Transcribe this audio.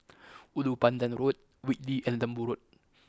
Ulu Pandan Road Whitley and Lembu Road